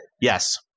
Yes